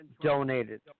donated